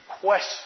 question